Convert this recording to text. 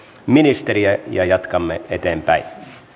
ministeriä ja jatkamme eteenpäin